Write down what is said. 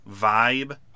vibe